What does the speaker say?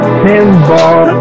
pinball